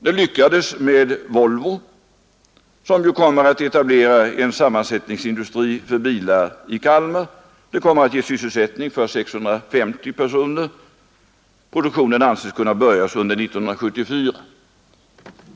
Det lyckades med Volvo, som ju kommer att etablera en sammansättningsindustri för bilar i Kalmar. Den kommer att ge sysselsättning åt 650 personer, och produktionen avses kunna börja under 1974.